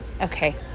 Okay